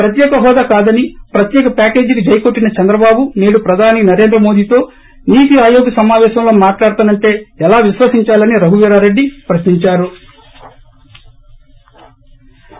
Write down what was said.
ప్రత్యేక హోదా కాదని ప్రత్యేక ప్యాకేజీకి జై కొట్టిన చంద్రబాబు నేడు ప్రధాని నరేంద్ర మోదీతో నీతి ఆయోగ్ సమావేశంలో మాట్లాడతానంటే ఎలా విశ్వసిందాలని రఘువీరా రెడ్డి ప్రశ్సించారు